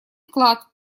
вклад